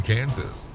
Kansas